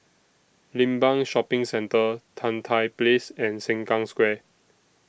Limbang Shopping Centre Tan Tye Place and Sengkang Square